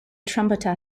trumpeter